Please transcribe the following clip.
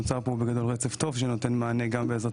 אני חושב שהרצף שנוצר פה הוא בגדול רצף טוב שנותן מענה גם בעזרת